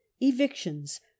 evictions